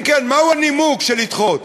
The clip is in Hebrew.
ואם כן, מהו הנימוק לדחות?